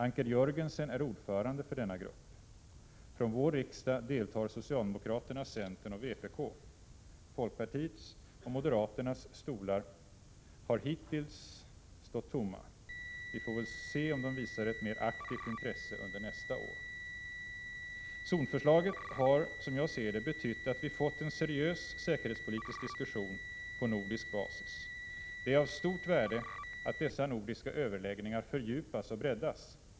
Anker Jörgensen är orförande för denna grupp. Från vår riksdag deltar socialdemokraterna, centern och vpk. Folkpartiets och moderaternas stolar har hittills stått tomma. Vi får väl se om de visar ett mera aktivt intresse under nästa år. Zonförslaget har, som jag ser det, betytt att vi fått en seriös säkerhetspolitisk diskussion på nordisk basis. Det är av stort värde att dessa nordiska överläggningar fördjupas och breddas.